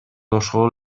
ошол